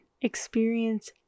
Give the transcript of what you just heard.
experience